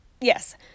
Yes